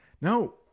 No